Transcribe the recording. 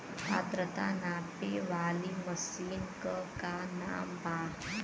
आद्रता नापे वाली मशीन क का नाव बा?